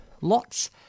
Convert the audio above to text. lots